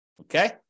okay